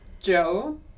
Joe